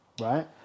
Right